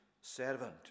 servant